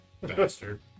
Bastard